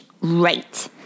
Right